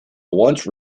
once